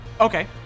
Okay